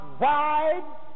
wide